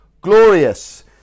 glorious